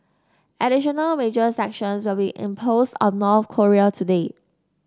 additional major sanctions will be imposed on North Korea today